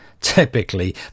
Typically